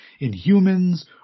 Inhumans